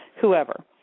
whoever